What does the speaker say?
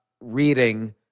reading